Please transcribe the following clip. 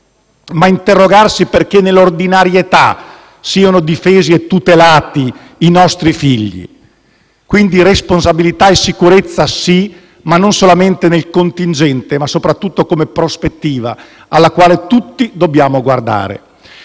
interrogarci perché nell'ordinarietà siano difesi e tutelati i nostri figli. Quindi, responsabilità e sicurezza sì, ma non solamente nel contingente, bensì, e soprattutto, come prospettiva alla quale tutti dobbiamo guardare.